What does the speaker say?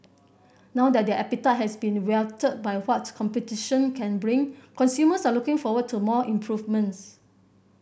now that their appetite has been whetted by what competition can bring consumers are looking forward to more improvements